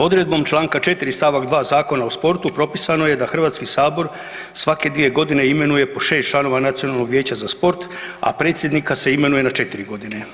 Odredbom Članka 4. stavak 2. Zakona o sportu propisano je da Hrvatski sabor svake 2 godine imenuje po 6 članova Nacionalnog vijeća za sport, a predsjednika se imenuje na 4 godine.